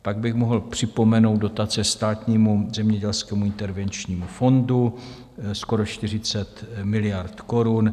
Pak bych mohl připomenout dotace Státnímu zemědělskému intervenčnímu fondu skoro 40 miliard korun.